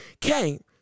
came